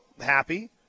happy